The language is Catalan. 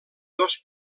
dos